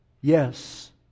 Yes